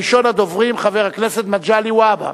ראשון הדוברים, חבר הכנסת מגלי והבה.